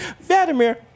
Vladimir